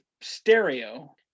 stereo